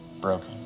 broken